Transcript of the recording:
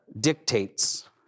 dictates